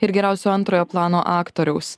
ir geriausio antrojo plano aktoriaus